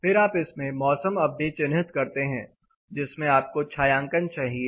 फिर आप इसमें मौसम अवधि चिन्हित करते हैं जिसमें आपको छायांकन चाहिए